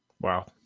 Wow